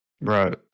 right